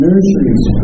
Nurseries